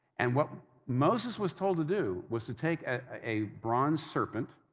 and what moses was told to do was to take a bronze serpent,